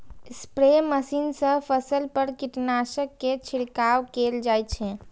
spray machine सं फसल पर कीटनाशक के छिड़काव कैल जाइ छै